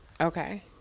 Okay